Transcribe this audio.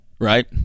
right